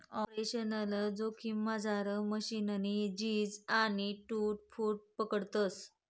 operational जोखिममझार मशीननी झीज आणि टूट फूटबी पकडतस